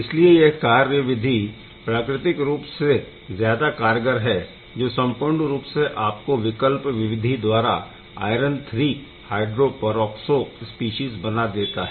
इसलिए यह कार्य विधि प्राकृतिक रूप से ज्यादा कारगर है जो संपूर्ण रूप से आपको विकल्प विधि द्वारा iron III hydro peroxo species बना देता है